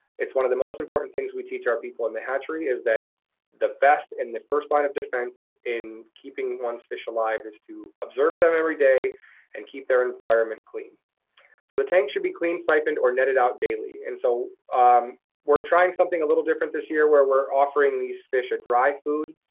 it's one of the most important things we teach our people in the hatchery is that the best and the first line of defense in keeping one's fish alive is to observe them every day and keep their environment clean. so the tank should be cleaned, siphoned, or netted out daily, and so um we're trying something a little different this year where we're offering these fish a dry food.